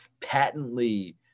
Patently